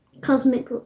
cosmic